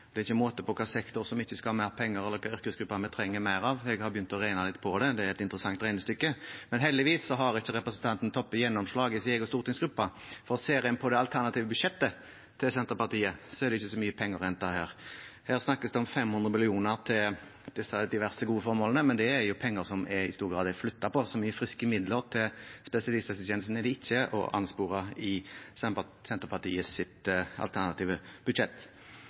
det er ikke måte på hvilken sektor som ikke skal ha mer penger, eller hvilke yrkesgrupper vi trenger mer av. Jeg har begynt å regne litt på det, det er et interessant regnestykke. Men heldigvis har ikke representanten Toppe gjennomslag i sin egen stortingsgruppe, for ser en på det alternative budsjettet til Senterpartiet, er det ikke så mye penger å hente. Her snakkes det om 500 mill. kr til diverse gode formål, men det er jo penger som i stor grad er flyttet på. Så mye friske midler til spesialisthelsetjenesten er det ikke å spore i Senterpartiets alternative budsjett.